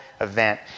event